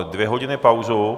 Dvě hodiny pauzu.